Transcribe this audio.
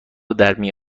درمی